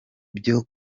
byo